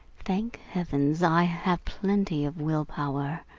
thank heavens i have plenty of will power.